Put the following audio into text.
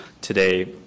today